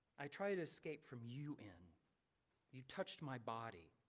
i tried to escape from you in you touched my body.